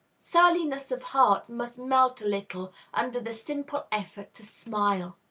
surliness of heart must melt a little under the simple effort to smile.